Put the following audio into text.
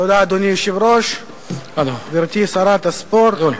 אדוני היושב-ראש, תודה, גברתי שרת הספורט,